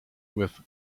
with